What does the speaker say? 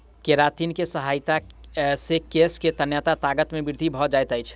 keratin के सहायता से केश के तन्यता ताकत मे वृद्धि भ जाइत अछि